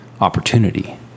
opportunity